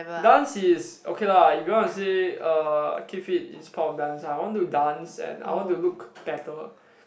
dance is okay lah if you want to say uh keep fit is part of dance ah I want to dance and I want to look better